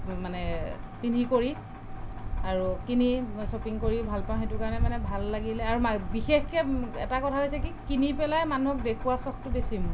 মানে পিন্ধি কৰি আৰু কিনি শ্বপিং কৰি ভালপাওঁ সেইটো কাৰণে মানে ভাল লাগিলে আৰু মা বিশেষকৈ এটা কথা হৈছে কি কিনি পেলাই মানুহক দেখুওৱা চখটো বেছি মোৰ